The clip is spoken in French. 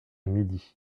midi